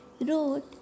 wrote